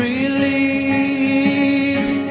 Relieved